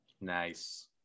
Nice